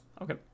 Okay